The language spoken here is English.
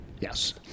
Yes